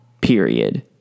period